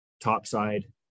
topside